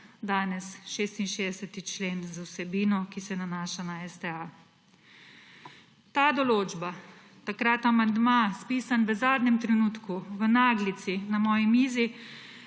danes 66. člen z vsebino, ki se nanaša na STA. Ta določba, takrat amandma, spisan v zadnjem trenutku, v naglici na moji mizi,